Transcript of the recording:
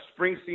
Springsteen